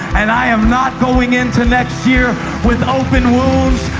and i am not going into next year with open wounds.